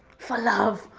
for love.